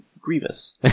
grievous